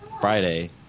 Friday